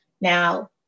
Now